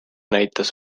näitas